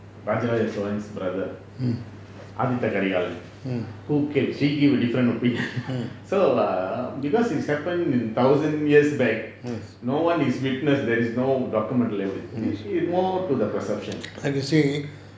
rajarajasolan brother aathithyakarikalan who killed she give a different opinion so err because this happened in thousand years back no one is witness there is no documentary evidents it's more to the perception